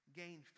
gain